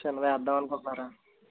చిన్నవి వేద్దామనుకుంటున్నారా